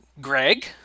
Greg